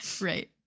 right